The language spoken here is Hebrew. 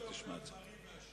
שתשמע את זה.